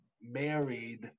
married